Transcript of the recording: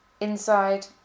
inside